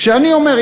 אני אומר,